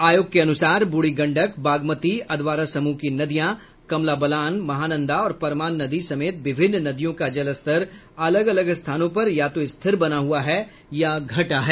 आयोग के अनुसार बूढ़ी गंडक बागमती अधवारा समूह की नदियां कमला बलान महानंदा और परमान नदी समेत विभिन्न नदियों का जलस्तर अलग अलग स्थानों पर या तो स्थिर बना हुआ है या घटा है